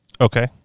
okay